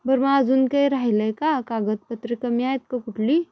बरं मग अजून काही राहिलंय का कागदपत्र कमी आहेत का कुठली